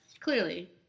Clearly